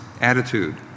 attitude